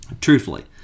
Truthfully